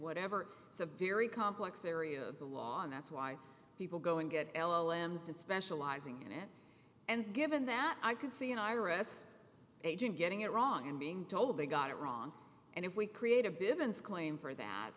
whatever it's a very complex area of the law and that's why people go and get l o m since specializing in it and given that i could see an iris agent getting it wrong and being told they got it wrong and if we create a bit of ins claim for that